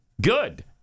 Good